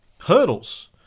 hurdles